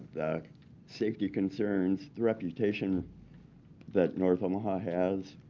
the safety concerns, the reputation that north omaha has.